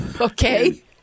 okay